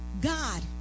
God